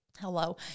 hello